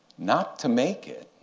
not to make it,